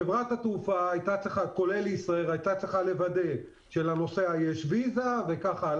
חברת התעופה הייתה צריכה לוודא שלנוסע הייתה ויזה וכו',